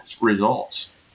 results